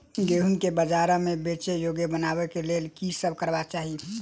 गेंहूँ केँ बजार मे बेचै योग्य बनाबय लेल की सब करबाक चाहि?